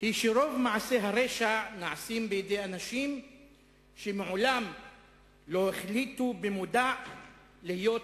היא שרוב מעשי הרשע נעשים בידי אנשים שמעולם לא החליטו במודע להיות